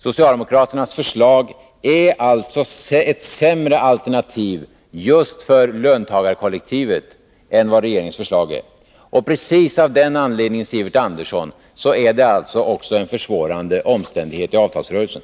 Socialdemokraternas förslag är alltså ett sämre förslag just för löntagarkollektivet än vad regeringens förslag är. Precis av den anledningen, Sivert Andersson, är det också en försvårande omständighet i avtalsrörelsen.